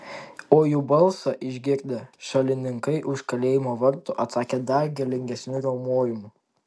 o jų balsą išgirdę šalininkai už kalėjimo vartų atsakė dar galingesniu riaumojimu